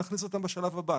נכניס אותם בשלב הבא.